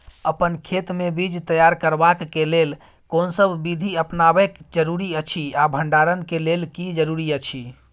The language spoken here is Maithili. अपन खेत मे बीज तैयार करबाक के लेल कोनसब बीधी अपनाबैक जरूरी अछि आ भंडारण के लेल की जरूरी अछि?